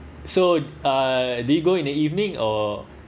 so uh do you go in the evening or